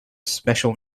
special